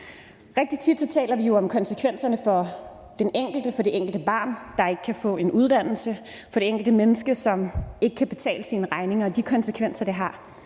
Rigtig tit taler vi om konsekvenserne for det enkelte barn, der ikke kan få en uddannelse, for det enkelte menneske, som ikke kan betale sine regninger, og de konsekvenser, det har.